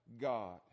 God